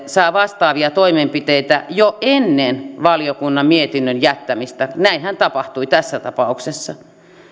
saa vastaavia toimenpiteitä jo ennen valiokunnan mietinnön jättämistä näinhän tapahtui tässä tapauksessa